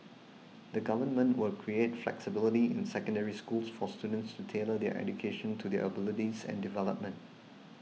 the Government will create flexibility in Secondary Schools for students to tailor their education to their abilities and development